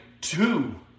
two